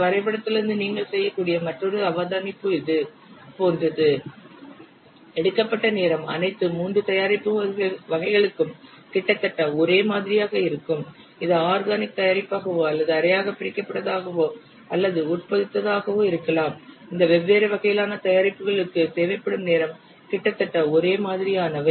இந்த வரைபடத்திலிருந்து நீங்கள் செய்யக்கூடிய மற்றொரு அவதானிப்பு இது போன்றது எடுக்கப்பட்ட நேரம் அனைத்து 3 தயாரிப்பு வகைகளுக்கும் கிட்டத்தட்ட ஒரே மாதிரியாக இருக்கும் இது ஆர்கானிக் தயாரிப்பாகவோ அல்லது அரையாக பிரிக்கப்பட்டதாகவோ அல்லது உட்பொதித்ததாகவோ இருக்கலாம் இந்த வேறு வகையிலான தயாரிப்புகளுக்கு தேவைப்படும் நேரம் கிட்டத்தட்ட ஒரே மாதிரியானவை